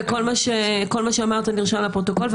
כל מה שאמרת נרשם לפרוטוקול.